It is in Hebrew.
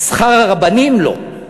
שכר הרבנים, לא.